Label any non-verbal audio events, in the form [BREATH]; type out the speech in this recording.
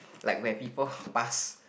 like where people [BREATH] pass